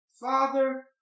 Father